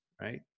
right